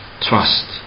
trust